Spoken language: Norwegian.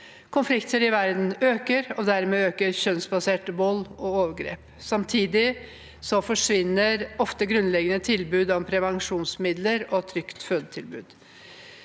Konflikter i verden øker, og dermed øker kjønnsbasert vold og overgrep. Samtidig forsvinner ofte grunnleggende tilbud om prevensjonsmidler og trygt fødetilbud.